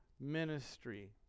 ministry